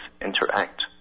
interact